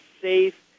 safe